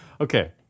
Okay